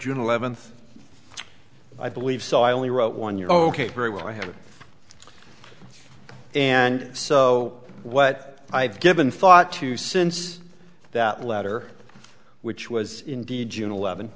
june eleventh i believe so i only wrote one year ok very well i have and so what i've given thought to since that letter which was indeed june eleven